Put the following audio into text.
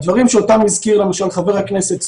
הדברים שאותם הזכיר, למשל, חבר הכנסת סמוטריץ',